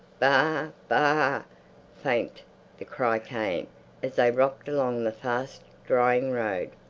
baa! baa! faint the cry came as they rocked along the fast-drying road.